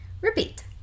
Repeat